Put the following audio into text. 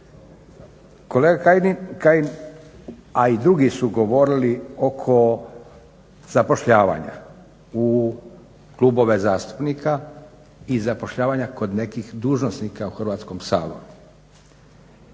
Kolega Kajin a i drugi su govorili oko zapošljavanja u klubove zastupnika i zapošljavanja kod nekih dužnosnika u Hrvatskom saboru.